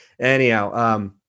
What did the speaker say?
Anyhow